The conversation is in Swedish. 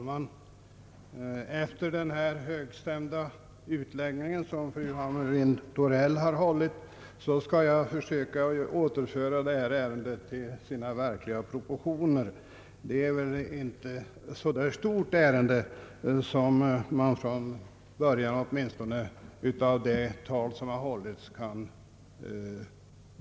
Herr talman! Efter den högstämda utläggning som fru Hamrin-Thorell hållit skall jag försöka återföra detta ärende till dess verkliga proportioner. Ärendet är väl inte så stort som man kan uppfatta det, åtminstone av det tal som hållits.